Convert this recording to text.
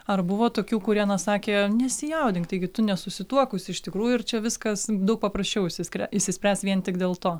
ar buvo tokių kurie na sakė nesijaudink taigi tu nesusituokus iš tikrųjų ir čia viskas daug paprasčiau išsiskiria išsispręs vien tik dėl to